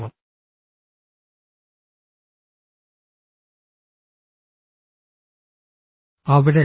അവിടെ